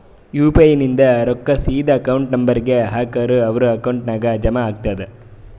you P I ಇಂದ್ ರೊಕ್ಕಾ ಸೀದಾ ಅಕೌಂಟ್ ನಂಬರ್ ಹಾಕೂರ್ ಅವ್ರ ಅಕೌಂಟ್ ನಾಗ್ ಜಮಾ ಆತುದ್